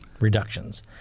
reductions